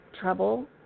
trouble